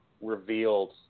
revealed